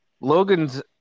Logan's